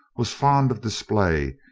was fond of display,